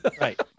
right